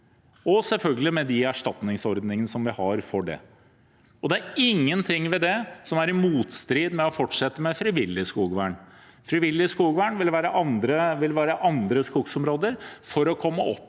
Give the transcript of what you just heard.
– selvfølgelig med de erstatningsordningene vi har for det. Det er ingenting ved det som er i motstrid med å fortsette med frivillig skogvern. Frivillig skogvern vil være andre skogsområder for å komme opp